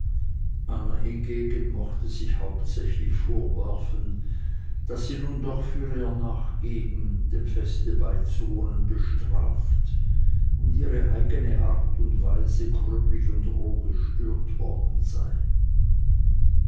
anna hingegen mochte sich hauptsächlich vorwerfen daß sie nun doch für ihr nachgeben dem feste beizuwohnen bestraft und ihre eigene art und weise gröblich und roh gestört worden sei